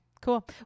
cool